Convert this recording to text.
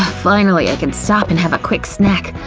finally, i can stop and have a quick snack,